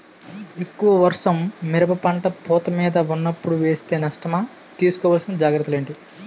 ఎక్కువ వర్షం మిరప పంట పూత మీద వున్నపుడు వేస్తే నష్టమా? తీస్కో వలసిన జాగ్రత్తలు ఏంటి?